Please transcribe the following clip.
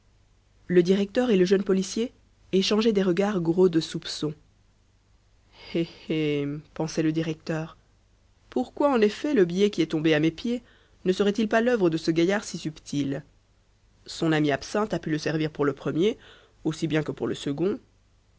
le directeur et le jeune policier échangeaient des regards gros de soupçons eh eh pensait le directeur pourquoi en effet le billet qui est tombé à mes pieds ne serait-il pas l'œuvre de ce gaillard si subtil son ami absinthe a pu le servir pour le premier aussi bien que pour le second